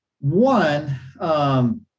One